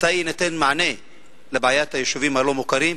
מתי יינתן מענה על בעיית היישובים הלא-מוכרים,